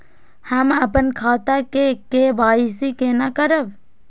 हम अपन खाता के के.वाई.सी केना करब?